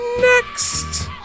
next